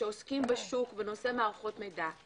שעוסקים בשוק בנושא מערכות מידע,